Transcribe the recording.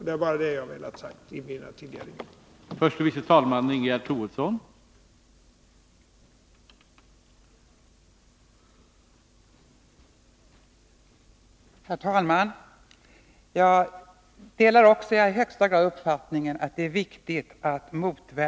Det är detta jag velat säga i mina tidigare inlägg.